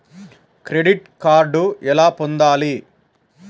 Credit card ఎలా పొందాలి?